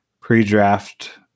pre-draft –